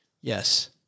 Yes